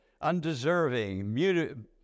undeserving